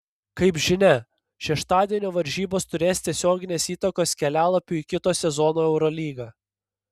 kaip žinia šeštadienio varžybos turės tiesioginės įtakos kelialapiui į kito sezono eurolygą